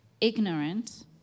ignorant